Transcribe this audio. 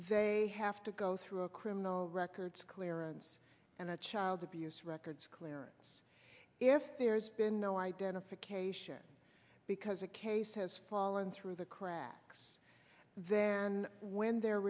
very have to go through a criminal records clearance and the child abuse records clearance if there's been no identification because a case has fallen through the cracks there when they're